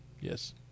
Yes